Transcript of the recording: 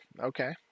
okay